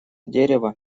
дерево